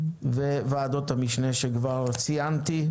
ו-וועדות המשנה שציינתי.